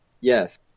Yes